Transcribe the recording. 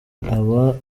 aba